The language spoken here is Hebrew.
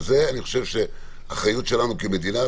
ואני חושב שזה האחריות שלנו כמדינה,